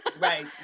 right